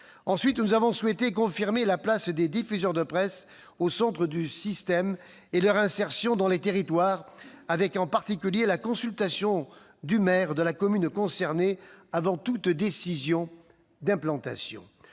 Ensuite, nous avons souhaité confirmer la place des diffuseurs de presse au centre du système et leur insertion dans les territoires, avec en particulier la consultation du maire de la commune concernée avant toute décision d'implantation.